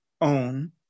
own